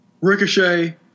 Ricochet